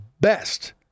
best